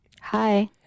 Hi